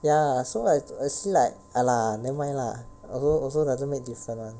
ya so like I I see like !aiya! never mind lah also also doesn't make different [one]